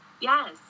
yes